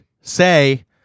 say